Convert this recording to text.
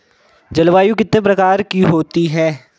जलवायु कितने प्रकार की होती हैं?